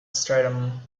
streatham